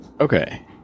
Okay